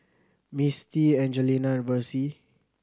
Misty Angelina and Versie